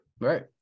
Right